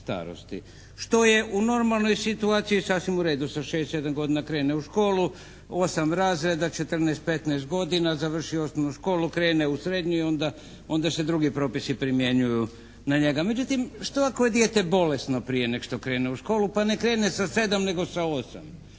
Što je u normalnoj situaciji sasvim u redu. Sa 6, 7 godina krene u školu, 8 razreda, 14-15 godina, završi osnovnu školu, krene u srednju i onda se drugi propisi primjenjuju na njega. Što ako je dijete bolesno prije nego što krene u školu, pa ne krene sa 7 nego sa 8?